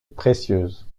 précieuses